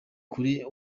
kuri